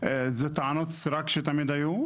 זה טענות סרק שתמיד היו.